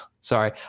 Sorry